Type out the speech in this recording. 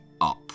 up